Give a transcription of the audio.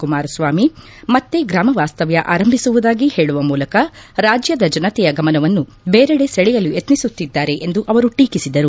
ಕುಮಾರಸ್ವಾಮಿ ಮತ್ತೆ ಗ್ರಾಮ ವಾಸ್ತವ್ಯ ಆರಂಭಿಸುವುದಾಗಿ ಹೇಳುವ ಮೂಲಕ ರಾಜ್ಯದ ಜನತೆಯ ಗಮನವನ್ನು ಬೇರೆಡೆ ಸೆಳೆಯಲು ಯತ್ನಿಸುತ್ತಿದ್ದಾರೆ ಎಂದು ಅವರು ಟೀಕಿಸಿದರು